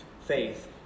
faith